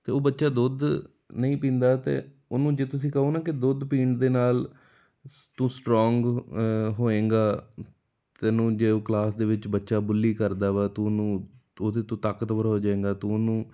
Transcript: ਅਤੇ ਉਹ ਬੱਚਾ ਦੁੱਧ ਨਹੀਂ ਪੀਂਦਾ ਅਤੇ ਉਹਨੂੰ ਜੇ ਤੁਸੀਂ ਕਹੋ ਨਾ ਕਿ ਦੁੱਧ ਪੀਣ ਦੇ ਨਾਲ ਤੂੰ ਸਟਰੋਂਗ ਹੋਵੇਗਾ ਤੈਨੂੰ ਜੇ ਉਹ ਕਲਾਸ ਦੇ ਵਿੱਚ ਬੱਚਾ ਬੁੱਲੀ ਕਰਦਾ ਵਾ ਤੂੰ ਉਹਨੂੰ ਉਹਦੇ ਤੋਂ ਤਾਕਤਵਰ ਹੋ ਜਾਵੇਗਾ ਤੂੰ ਉਹਨੂੰ